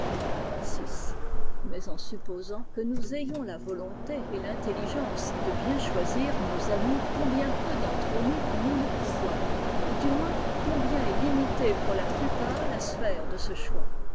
nous en ont le pouvoir ou du moins l'intelligence de bien choisir nos amis combien peu d'entre nous en ont le pouvoir ou du moins combien est limitée pour la plupart la sphère de ce choix